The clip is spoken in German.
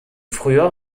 früher